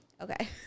Okay